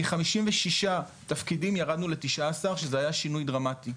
מ-56 תפקידים ירדנו ל-19 שזה היה שינוי דרמטי,